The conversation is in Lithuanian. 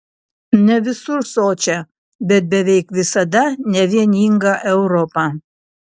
ne visur sočią bet beveik visada nevieningą europą